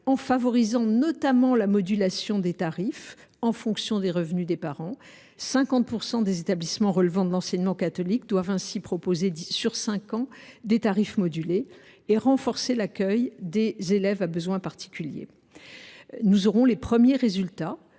en favorisant notamment la modulation des tarifs en fonction des revenus des parents – 50 % des établissements relevant de l’enseignement catholique devront ainsi proposer sur cinq ans des tarifs modulés –; enfin, renforcer l’accueil des élèves à besoins éducatifs particuliers. Nous aurons les premiers résultats